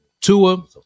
Tua